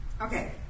Okay